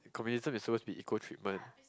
communism is suppose to be equal treatment